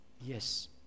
Yes